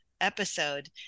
episode